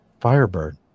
Firebird